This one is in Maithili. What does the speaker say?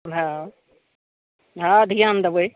हँ हँ ध्यान देबय